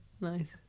Nice